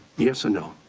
yes or no?